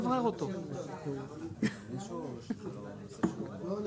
אז דובר כאן על סמכות של השר לקבוע קדימות